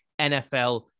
NFL